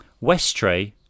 Westray